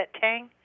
tang